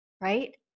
right